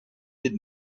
did